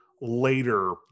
later